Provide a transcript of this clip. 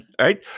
right